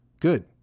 Good